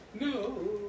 No